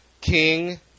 King